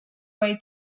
way